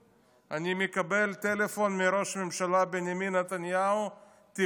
אני מקבל טלפון מראש הממשלה בנימין נתניהו: תבטל.